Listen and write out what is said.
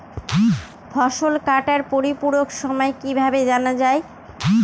ফসল কাটার পরিপূরক সময় কিভাবে জানা যায়?